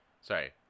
Sorry